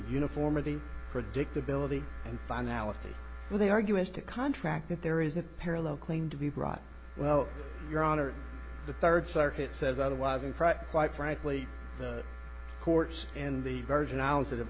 uniformity predictability and finality but they argue as to contract that there is a parallel claim to be brought well your honor the third circuit says otherwise and quite frankly the courts in the virgin islands that have